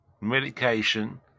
medication